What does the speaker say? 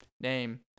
Name